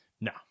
No